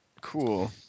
Cool